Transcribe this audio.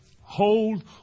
Hold